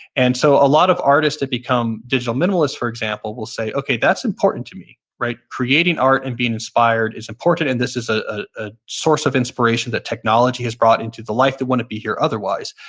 and so a lot of artists that become digital minimalists, for example, will say, okay, that's important to me. creating art and being inspired is important. and this is ah a source of inspiration that technology has brought into the life that wouldn't be here otherwise.